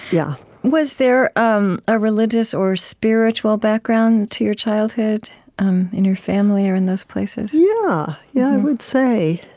yeah was there um a religious or spiritual background to your childhood um in your family or in those places? you know yeah, i would say.